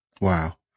Wow